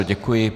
Děkuji.